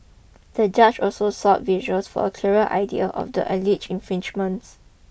the judge also sought visuals for a clearer idea of the alleged infringements